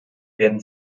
werden